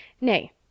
Nay